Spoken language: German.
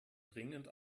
dringend